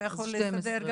הוא כבר יכול להסתדר.